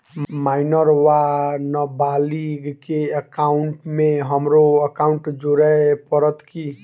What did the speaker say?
Minor वा नबालिग केँ एकाउंटमे हमरो एकाउन्ट जोड़य पड़त की?